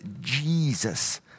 Jesus